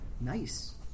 Nice